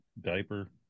Diaper